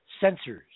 sensors